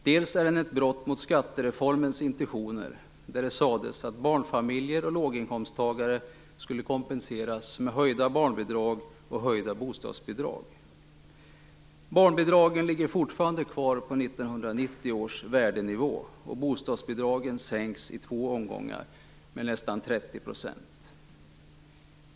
Den är ett brott mot skattereformens intentioner där det sades att barnfamiljer och låginkomsttagare skulle kompenseras med höjda barnbidrag och höjda bostadsbidrag. Barnbidragen ligger fortfarande kvar på 1990 års värdenivå, och bostadsbidragen sänks i två omgångar med nästan 30 %.